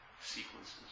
sequences